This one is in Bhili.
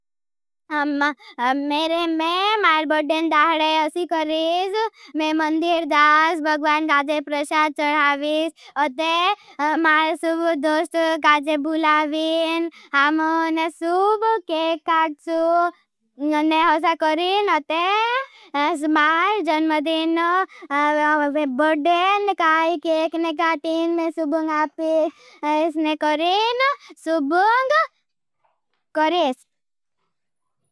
मेरे में मार बौल्डेन दहरडै उसी कौरीज में मंदिरदास बगवान काजे प्रशाथ चड़ावीज। अते मार सूबुदोष्ट काजे भूळावीन हमन सूभु केक काटस्व ने होसा कौरीन। अते मार जन्मदीन, बौल्डेन काइं केकने काटिन। मैं सुबुंग आपेज मैं सुबुंग कोरेज।